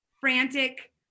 frantic